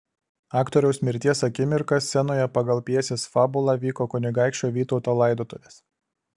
aktoriaus mirties akimirką scenoje pagal pjesės fabulą vyko kunigaikščio vytauto laidotuvės